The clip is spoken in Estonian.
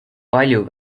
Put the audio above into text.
palju